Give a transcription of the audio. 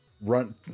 run